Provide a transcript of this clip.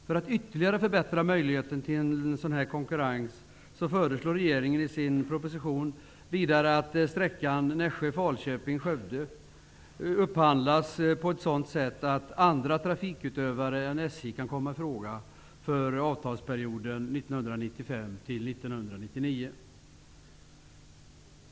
För att ytterligare förbättra möjligheten till en sådan konkurrens föreslår regeringen i sin proposition vidare att sträckan Nässjö--Falköping-- Skövde upphandlas på ett sådant sätt att andra trafikutövare än SJ kan komma i fråga för avtalsperioden 1995--1999.